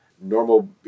normal